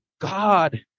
God